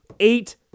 Eight